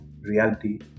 reality